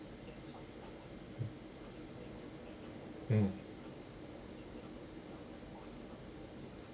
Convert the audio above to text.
mm